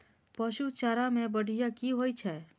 पशु चारा मैं बढ़िया की होय छै?